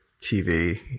TV